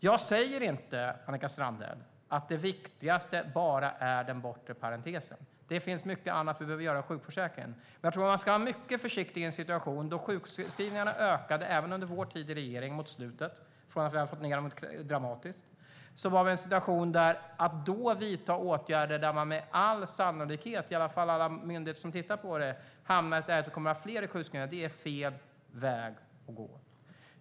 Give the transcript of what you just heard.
Jag säger inte, Annika Strandhäll, att det enda viktiga är den bortre parentesen. Det finns mycket annat vi behöver göra åt sjukförsäkringen. Men jag tror att man ska vara mycket försiktig i en situation då sjukskrivningarna ökar. Även under vår tid i regering ökade de mot slutet, från att vi hade fått ned dem dramatiskt. Att då vidta åtgärder som med all sannolikhet, i alla fall enligt alla myndigheter som tittar på det, kommer att leda till fler sjukskrivningar är fel väg att gå.